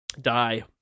die